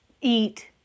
eat